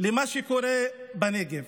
מה שקורה בנגב.